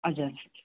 हजुर